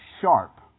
sharp